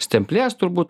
stemplės turbūt